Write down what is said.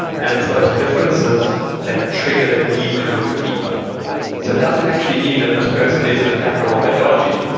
and it's those differences that trigger the need to look deeper so, it doesn't actually mean that this person is an attacker or they're dodgy.